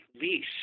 lease